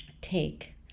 Take